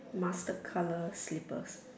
mustard colour slippers